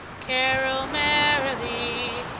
carol merrily!